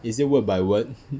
is it word by word